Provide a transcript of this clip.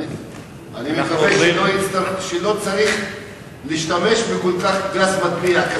אני מקווה שלא צריך להשתמש כל כך בגז מדמיע.